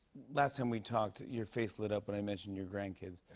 last time we talked, your face lit up when i mentioned your grandkids.